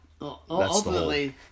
Ultimately